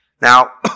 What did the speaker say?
Now